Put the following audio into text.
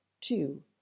two